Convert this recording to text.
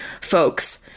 folks